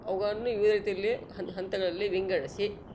ಅವ್ಗಳನ್ನು ವಿವಿಧ ರೀತಿಯಲ್ಲಿ ಹಂತಗಳಲ್ಲಿ ವಿಂಗಡಿಸಿ